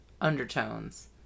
undertones